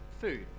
food